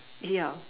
ya